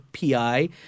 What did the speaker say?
PI